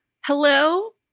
Hello